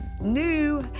new